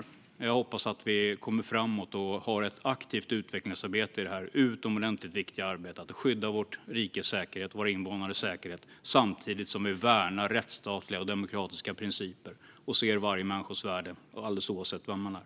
Men jag hoppas att vi kommer framåt och har ett aktivt utvecklingsarbete i det utomordentligt viktiga arbetet med att skydda vårt rikes säkerhet och våra invånares säkerhet samtidigt som vi värnar rättsstatliga och demokratiska principer och ser varje människas värde alldeles oavsett vem man är.